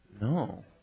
No